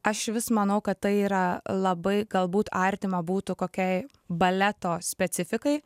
aš vis manau kad tai yra labai galbūt artima būtų kokiai baleto specifikai